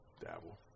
Dabble